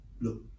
Look